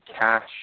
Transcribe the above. cash